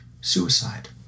Suicide